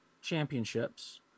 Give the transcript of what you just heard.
championships